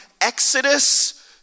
Exodus